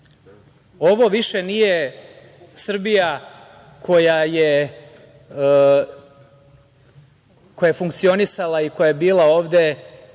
više nije Srbija koja je funkcionisala i koja je bila ovde